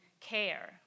care